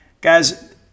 Guys